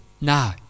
No